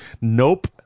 Nope